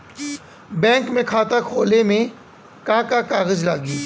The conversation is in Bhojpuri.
बैंक में खाता खोले मे का का कागज लागी?